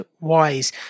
wise